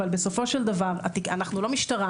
אבל בסופו של דבר אנחנו לא משטרה,